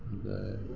இப்போ